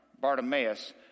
Bartimaeus